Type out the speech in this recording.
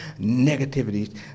negativities